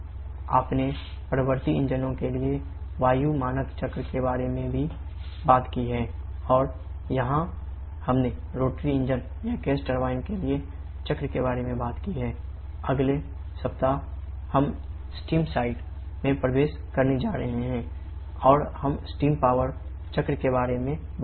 आपने प्रत्यावर्ती इंजनों के लिए वायु मानक चक्र के बारे में बात की और यहाँ हमने रोटरी इंजन चक्र के बारे में बात करेंगे